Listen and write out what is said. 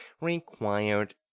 required